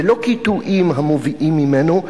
ולא קיטועים המובאים ממנו,